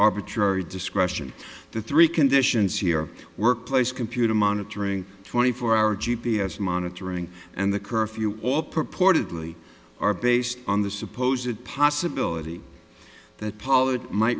arbitrary discretion the three conditions here workplace computer monitoring twenty four hour g p s monitoring and the curfew all purportedly are based on the supposed possibility that poll